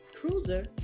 cruiser